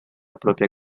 propia